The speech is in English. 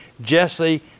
Jesse